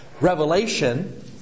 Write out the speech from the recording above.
revelation